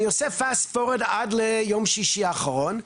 עד ליום שישי האחרון,